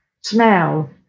smell